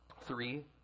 Three